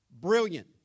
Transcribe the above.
Brilliant